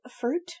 fruit